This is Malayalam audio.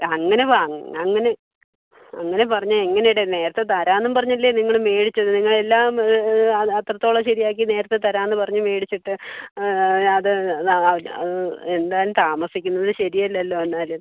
അങ്ങനെ അങ്ങനെ അങ്ങനെ പറഞ്ഞാൽ എങ്ങനെഡേ നേരത്തെ തരാമെന്നും പറഞ്ഞല്ലേ നിങ്ങൾ മേടിച്ചത് നിങ്ങളെല്ലാം അത് അത്രത്തോളം ശരിയാക്കി നേരത്തെ തരാമെന്ന് പറഞ്ഞ് മേടിച്ചിട്ട് അത് ആവില്ല എന്തായാലും താമസിക്കുന്നത് ശരിയല്ലല്ലോ എന്നാൽ